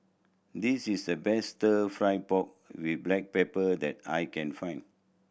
this is the best Stir Fry pork with black pepper that I can find